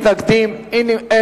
30 בעד, אין מתנגדים, אין נמנעים.